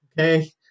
Okay